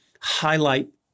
highlight